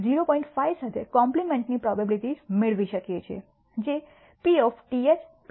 5 સાથે કોમ્પલિમેન્ટની પ્રોબેબીલીટી મેળવીએ છીએ